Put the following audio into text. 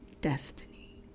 Destiny